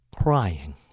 crying